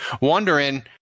wondering